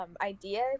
idea